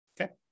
Okay